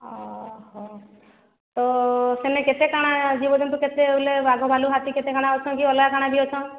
ତ ହେଲେ କେତେ କାଣା ଜୀବଜନ୍ତୁ କେତେ ବୋଇଲେ ବାଘ ଭାଲୁ ହାତୀ କେତେ କାଣା ଅଛନ୍ତି ଅଲଗା କାଣା ବି ଅଛନ୍